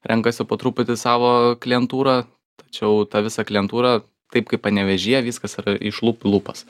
renkasi po truputį savo klientūrą tačiau ta visa klientūra taip kaip panevėžyje viskas yra iš lūpų į lūpas